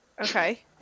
Okay